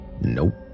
Nope